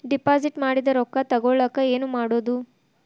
Deposit ಮಾಡಿದ ರೊಕ್ಕ ತಗೋಳಕ್ಕೆ ಏನು ಮಾಡೋದು?